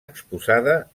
exposada